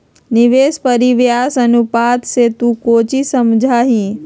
निवेश परिव्यास अनुपात से तू कौची समझा हीं?